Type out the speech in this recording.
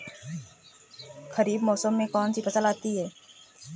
खरीफ मौसम में कौनसी फसल आती हैं?